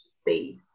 space